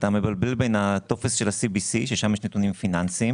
אתה מבלבל בין הטופס של ה-CBC ששם יש נתונים פיננסיים